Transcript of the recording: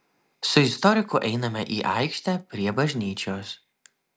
su istoriku einame į aikštę prie bažnyčios